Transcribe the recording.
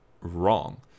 wrong